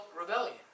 rebellion